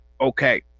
okay